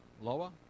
lower